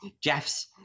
jeff's